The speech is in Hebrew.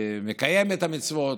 מקיים את המצוות,